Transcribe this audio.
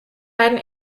beiden